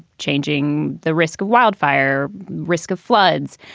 changing the risk of wildfire, risk of floods,